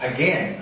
Again